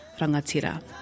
rangatira